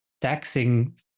taxing